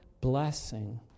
blessing